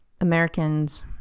Americans